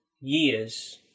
years